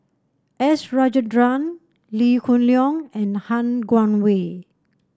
S Rajendran Lee Hoon Leong and Han Guangwei